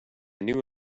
knew